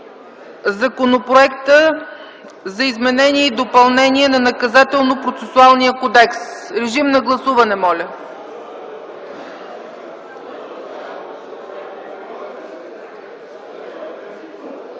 Законопроекта за изменение и допълнение на Наказателно-процесуалния кодекс. Много моля